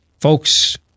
Folks